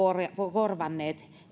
korvanneet